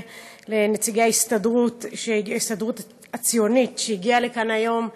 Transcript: ולנציגי ההסתדרות הציונית שהגיעו לכאן היום,